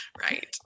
Right